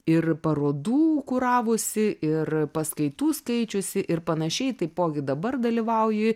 ir parodų kuravusi ir paskaitų skaičiusi ir panašiai taipogi dabar dalyvauji